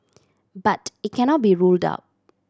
but it cannot be ruled out